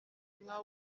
nka